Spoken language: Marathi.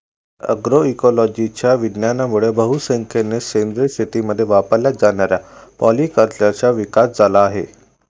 अग्रोइकोलॉजीच्या विज्ञानामुळे बहुसंख्येने सेंद्रिय शेतीमध्ये वापरल्या जाणाऱ्या पॉलीकल्चरचा विकास झाला आहे